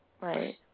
Right